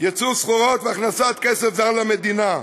"ייצוא סחורות והכנסת כסף זר למדינה,